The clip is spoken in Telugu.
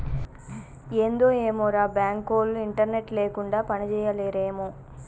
ఏందో ఏమోరా, బాంకులోల్లు ఇంటర్నెట్ లేకుండ పనిజేయలేరేమో